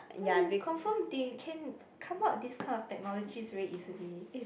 how do you confirm they can come out this kind of technologies very easily